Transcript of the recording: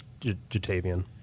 Jatavian